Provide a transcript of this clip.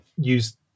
use